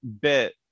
bit